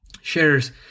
shares